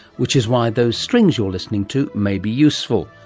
which is why those strings you're listening to may be useful,